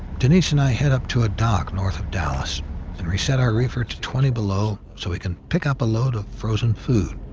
denise and i head up to a dock north of dallas and reset our reefer to twenty below, so we can pick up a load of frozen food.